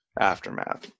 aftermath